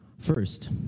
First